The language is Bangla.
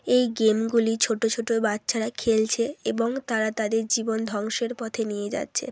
এই গেমগুলি ছোট ছোট বাচ্চারা খেলছে এবং তারা তাদের জীবন ধ্বংসের পথে নিয়ে যাচ্ছে